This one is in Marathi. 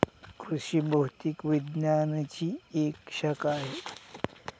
कृषि भौतिकी विज्ञानची एक शाखा आहे